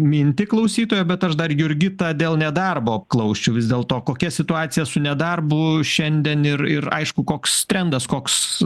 mintį klausytojo bet aš dar jurgitą dėl nedarbo apklausčiau vis dėlto kokia situacija su nedarbu šiandien ir ir aišku koks trendas koks